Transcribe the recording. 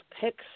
picks